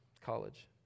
college